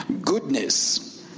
Goodness